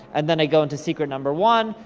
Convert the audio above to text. and then i go into secret number one.